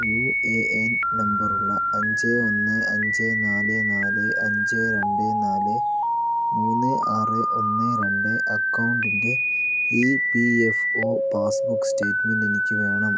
U A N നമ്പറുള്ള അഞ്ച് ഒന്ന് അഞ്ച് നാല് നാല് അഞ്ച് രണ്ട് നാല് മൂന്ന് ആറ് ഒന്ന് രണ്ട് അക്കൗണ്ടിൻ്റെ E P F O passbook statement എനിക്ക് വേണം